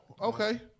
okay